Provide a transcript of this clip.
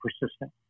persistent